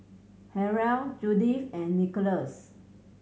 Harrell Judyth and Nicolas